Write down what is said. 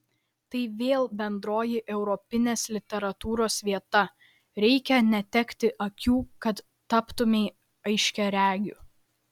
tai vėl bendroji europinės literatūros vieta reikia netekti akių kad taptumei aiškiaregiu